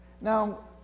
Now